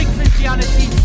Christianity